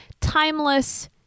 timeless